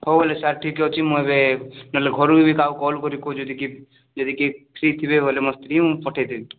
ହଉ ହେଲେ ସାର୍ ଠିକ୍ ଅଛି ମୁଁ ଏବେ ନହଲେ ଘରକୁ ଏବେ କାହାକୁ କଲ୍ କରିକି କହୁଛି ଯଦି କିଏ ଯଦି କିଏ ଫ୍ରି ଥିବେ ବେଲେ ମୋ ସ୍ତ୍ରୀ ମୁଁ ପଠେଇଦେବି